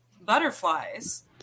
butterflies